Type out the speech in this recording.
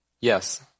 Yes